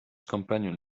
companion